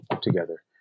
together